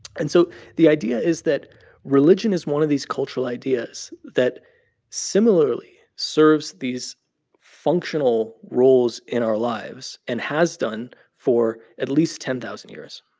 and so the idea is that religion is one of these cultural ideas that similarly serves these functional roles in our lives and has done for at least ten thousand years.